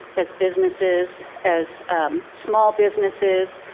as businesses, as small businesses,